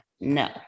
no